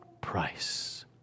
Price